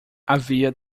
havia